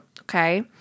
okay